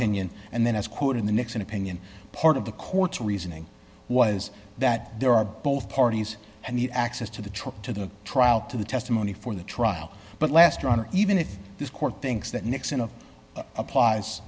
pinion and then as quoted in the nixon opinion part of the court's reasoning was that there are both parties and the access to the truth to the trout to the testimony for the trial but last runner even if this court thinks that nixon of applies